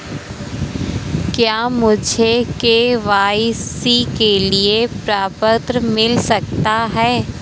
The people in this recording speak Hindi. क्या मुझे के.वाई.सी के लिए प्रपत्र मिल सकता है?